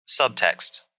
subtext